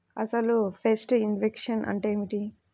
అసలు pest infection అంటే ఏమిటి?